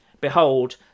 Behold